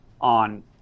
on